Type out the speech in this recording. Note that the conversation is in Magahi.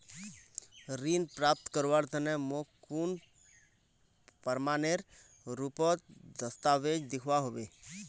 ऋण प्राप्त करवार तने मोक कुन प्रमाणएर रुपोत दस्तावेज दिखवा होबे?